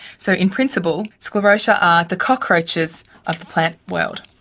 so in principle, sclerotia are the cockroaches of the plant world.